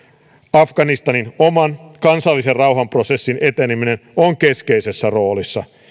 afganistanin oman kansallisen rauhanprosessin eteneminen on keskeisessä roolissa